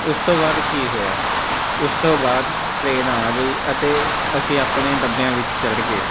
ਉਸ ਤੋਂ ਬਾਅਦ ਕੀ ਹੋਇਆ ਉਸ ਤੋਂ ਬਾਅਦ ਟ੍ਰੇਨ ਆ ਗਈ ਅਤੇ ਅਸੀਂ ਆਪਣੇ ਡੱਬਿਆਂ ਵਿੱਚ ਚੜ੍ਹ ਗਏ